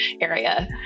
area